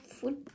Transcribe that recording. Food